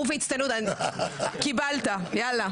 ובהצטיינות, קיבלת, יאללה.